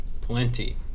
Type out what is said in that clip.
Plenty